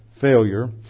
failure